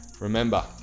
remember